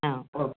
ஆ okay